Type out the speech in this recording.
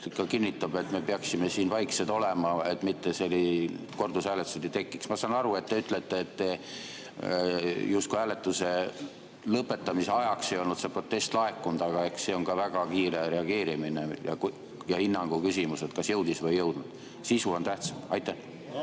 kinnitab, et me peaksime siin vaiksed olema, et kordushääletusi ei tekiks. Ma saan aru, et te ütlete, et justkui hääletuse lõpetamise ajaks ei olnud see protest laekunud, aga eks see on väga kiire reageerimine ja hinnangu küsimus, kas jõudis laekuda või jõudnud. Sisu on tähtsam.